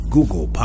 Google